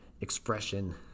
expression